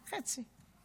חצי.